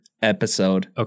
episode